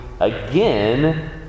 again